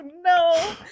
no